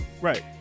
Right